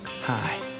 Hi